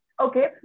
Okay